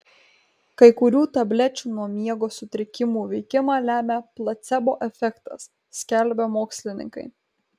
kai kurių tablečių nuo miego sutrikimų veikimą lemią placebo efektas skelbia mokslininkai